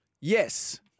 Yes